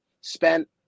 spent